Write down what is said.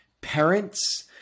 parents